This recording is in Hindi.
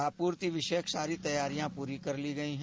आपूर्ति विषयक सारी तैयारियां पूरी कर ली गई हैं